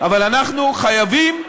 אבל אנחנו חייבים,